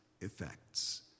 effects